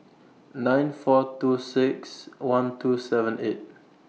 nine four two six one two seven eight